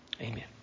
Amen